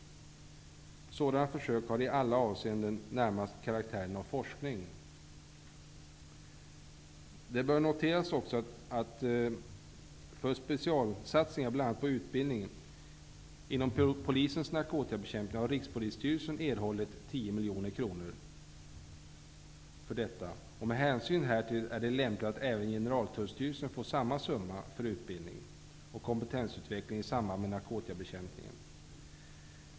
Sådana försök har i alla avseenden närmast karaktären av forskning. Det bör också noteras att Rikspolisstyrelsen har erhållit 10 miljoner kronor för specialsatsningar på bl.a. utbildning inom polisens narkotikabekämpning. Med hänsyn härtill är det lämpligt att även Generaltullstyrelsen får samma summa för utbildning och kompetensutveckling i samband med narkotikabekämpning.